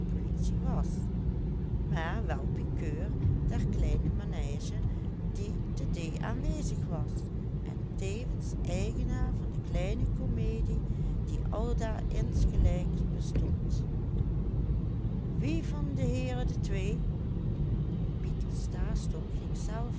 politie was maar wel pikeur der kleine manege die te d aanwezig was en tevens eigenaar van de kleine comedie die aldaar ingelijks bestond wie van de heeren de twee pieter stastok ging zelf